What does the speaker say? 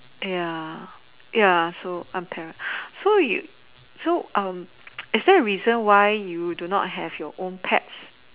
ya ya so I'm para so you so um is there a reason why you do not have your own pets